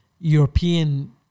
European